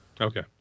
Okay